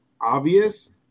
obvious –